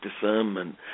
discernment